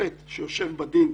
שיושב בדין,